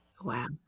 Wow